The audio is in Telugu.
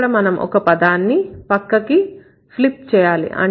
ఇక్కడ ఒక పదాన్ని మనం పక్కకి ఫ్లిప్ చేయాలి